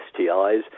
STIs